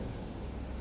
ya